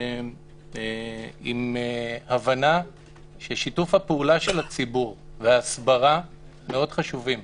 עם הבנה ששיתוף הפעולה של הציבור וההסברה מאוד חשובים.